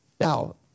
Now